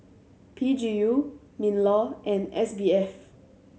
P G U MinLaw and S B F